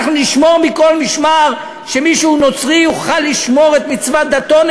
אנחנו נשמור מכל משמר שמי שהוא נוצרי יוכל לשמור את מצוות דתו.